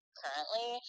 currently